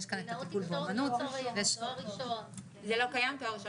קלינאות תקשורת זה תואר ראשון, לא קיים תואר שני.